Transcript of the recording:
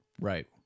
Right